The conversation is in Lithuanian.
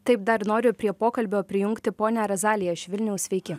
taip dar noriu prie pokalbio prijungti ponią razaliją iš vilniaus sveiki